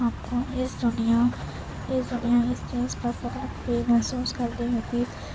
ہم کو اس دنیا اس دنیا میں اس چیز پر فخر بھی محسوس کرتی ہوں کہ